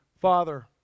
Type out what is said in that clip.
Father